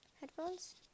headphones